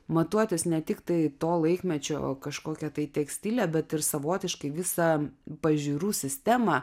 matuotis ne tiktai to laikmečio kažkokią tai tekstilę bet ir savotiškai visą pažiūrų sistemą